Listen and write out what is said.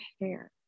hair